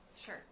sure